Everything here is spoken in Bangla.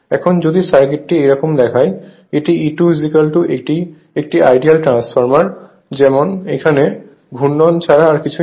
এখন যদি সার্কিটটি এইরকম দেখায় এটি E2 এটি একটি আইডিয়াল ট্রান্সফরমার যেমন এখানে ঘূর্ণন ছাড়া আর কিছুই নেই